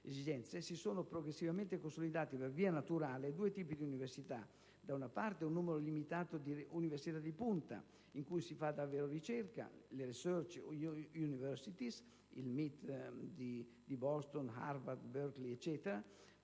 si sono progressivamente consolidati per via naturale due tipi di università: da una parte un numero limitato di università di punta, in cui si fa davvero ricerca, le *Research Universities* (quali il MIT di Boston, Harvard, Berckeley, ed